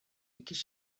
because